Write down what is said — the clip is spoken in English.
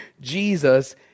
Jesus